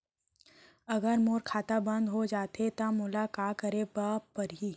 अगर मोर खाता बन्द हो जाथे त मोला का करे बार पड़हि?